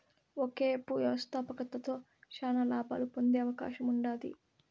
ఒకేపు వ్యవస్థాపకతలో శానా లాబాలు పొందే అవకాశముండాది